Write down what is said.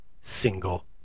single